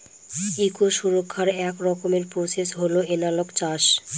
eco সুরক্ষার এক রকমের প্রসেস হল এনালগ চাষ